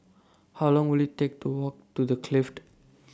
How Long Will IT Take to Walk to The Clift